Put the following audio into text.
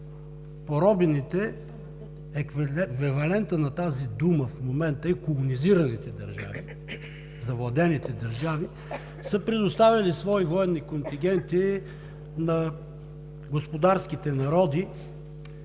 поробените – еквивалентът на тази дума в момента е „колонизираните“, завладените държави са предоставяли свои военни контингенти на господарските народи